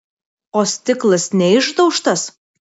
o stiklas neišdaužtas